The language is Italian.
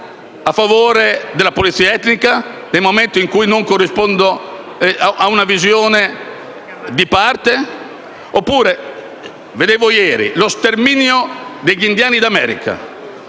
a favore della pulizia etnica, nel momento in cui non corrispondo a una visione di parte? Parliamo dello sterminio degli indiani d'America.